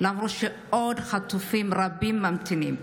למרות שעוד חטופים רבים ממתינים.